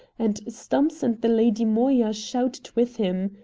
and stumps and the lady moya shouted with him.